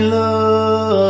love